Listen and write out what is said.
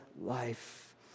life